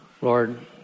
Lord